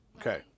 Okay